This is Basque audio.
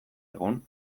egun